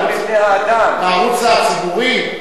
הערוץ הציבורי,